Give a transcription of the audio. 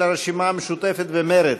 של הרשימה המשותפת ומרצ.